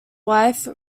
wife